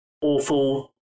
awful